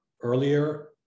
earlier